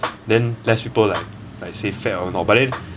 then less people like like say fat and all but then